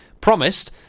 promised